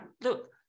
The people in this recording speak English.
look